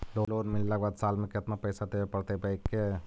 Loan मिलला के बाद साल में केतना पैसा देबे पड़तै बैक के?